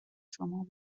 شما